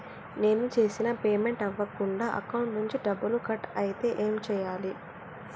నేను చేసిన పేమెంట్ అవ్వకుండా అకౌంట్ నుంచి డబ్బులు కట్ అయితే ఏం చేయాలి?